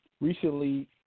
recently